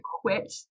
quit